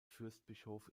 fürstbischof